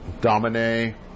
Domine